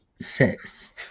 six